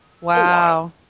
wow